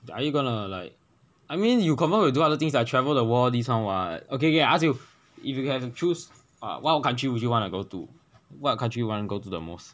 are you gonna like I mean you confirm will do other things like travel the world all this [one] [what] okay okay I ask you if you have to choose what country would you want to go to what country would you want to go to the most